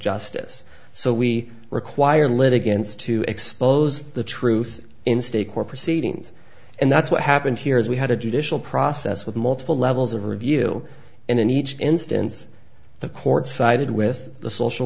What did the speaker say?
justice so we require litigants to expose the truth in state court proceedings and that's what happened here is we had a judicial process with multiple levels of review and in each instance the court sided with the social